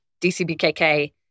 DCBKK